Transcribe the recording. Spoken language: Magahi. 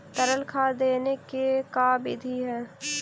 तरल खाद देने के का बिधि है?